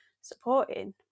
supporting